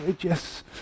yes